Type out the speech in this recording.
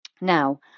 now